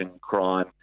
crime